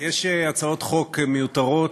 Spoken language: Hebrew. יש הצעות חוק מיותרות,